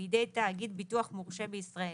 בידי תאגיד ביטוח מורשה בישראל: